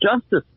Justice